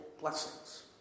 blessings